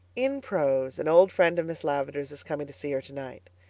in prose, an old friend of miss lavendar's is coming to see her tonight.